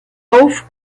auf